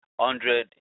hundred